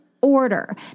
order